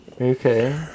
Okay